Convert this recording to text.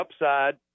upside